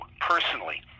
personally